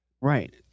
Right